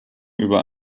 über